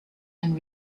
and